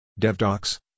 DevDocs